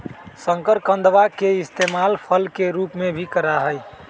शकरकंदवा के इस्तेमाल फल के रूप में भी करा हई